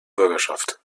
bürgerschaft